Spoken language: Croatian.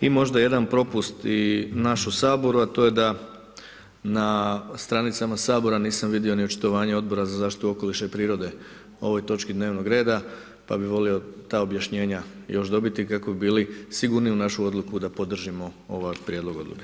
I možda jedan propust naš u Saboru, a to je da na stranicama Sabora nisam vidio ni očitovanje Odbora za zaštitu okoliša i prirode o ovoj točki dnevnog reda, pa bi volio ta objašnjenja kako bi bili sigurni u našu odluku da podržimo ovaj prijedlog odluke.